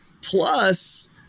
plus